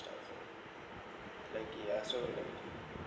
like they also like